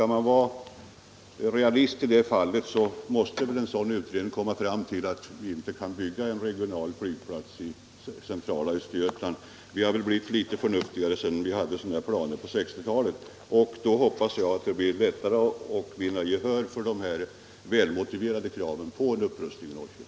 Om man är realist i det här fallet måste man medge att en sådan utredning bör komma fram till att vi inte kan bygga en reguljär flygplats i centrala Östergötland. Vi har väl blivit litet förnuftigare sedan vi i början på 1960-talet hade sådana planer. Jag hoppas emellertid att det då blir lättare att vinna gehör för de välmotiverade kraven på en upprustning i Norrköping.